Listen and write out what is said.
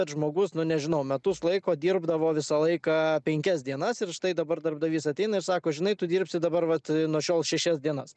žmogus nu nežinau metus laiko dirbdavo visą laiką penkias dienas ir štai dabar darbdavys ateina ir sako žinai tu dirbsi dabar vat nuo šiol šešias dienas